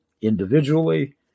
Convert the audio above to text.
individually